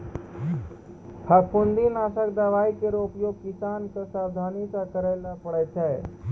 फफूंदी नासक दवाई केरो उपयोग किसान क सावधानी सँ करै ल पड़ै छै